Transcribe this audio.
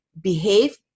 behave